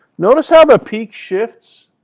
notice how the peak shifts.